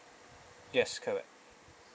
yes correct